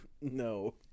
No